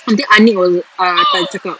until aniq was uh tadi cakap